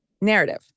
narrative